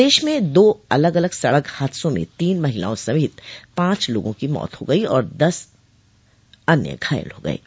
प्रदेश में दो अलग अलग सड़क हादसों में तीन महिलाओं सहित पांच लोगों की मौत हो गई और अन्य दस घायल हो गये हैं